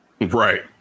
right